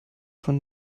von